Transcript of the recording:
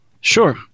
Sure